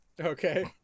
Okay